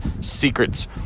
secrets